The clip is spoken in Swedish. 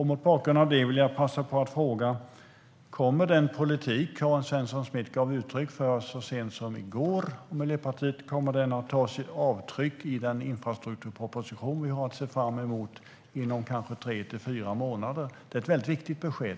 Mot bakgrund av det vill jag passa på att fråga: Kommer den politik som Karin Svensson Smith och Miljöpartiet gav uttryck för så sent som i går att göra avtryck i den infrastrukturproposition vi har att se fram emot inom kanske tre till fyra månader? Det är ett viktigt besked.